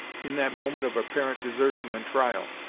in that moment of apparent desertion and trial.